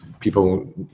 People